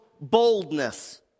boldness